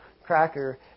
Cracker